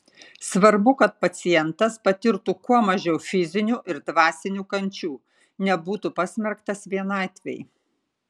svarbu kad pacientas patirtų kuo mažiau fizinių ir dvasinių kančių nebūtų pasmerktas vienatvei